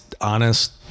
honest